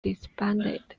disbanded